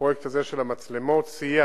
שהפרויקט הזה של המצלמות סייע,